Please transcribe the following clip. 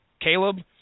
Caleb